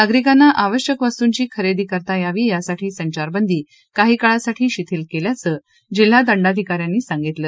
नागरिकांना आवश्यक वस्तूंची खरेदी करता यावी यासाठी संचारबंदी काही काळासाठी शिथिल केल्याचं जिल्हा दंडाधिकाऱ्यानी सांगितलं